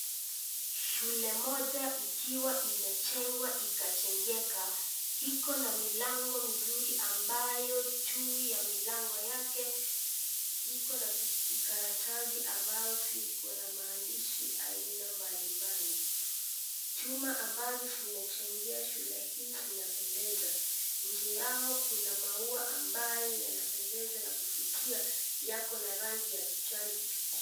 Shule moja ikiwa imejengwa ikajengeka iko na milango mizuri ambayo juu ya milango yake iko na vikaratasi ambavyo viko na maandishi aina mbalimbai. Chuma ambazo zimejengea shule hizi zinaoendeza. Nje yao kuna maua ambayo yanapendeza na kuvutia. Yako na rangi ya kijani kibichi.